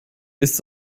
ist